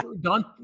Don